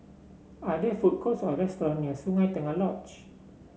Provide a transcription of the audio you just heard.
are there food courts or restaurant near Sungei Tengah Lodge